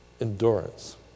Endurance